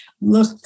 look